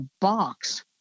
box